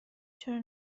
چرا